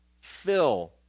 fill